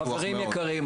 חברים יקרים,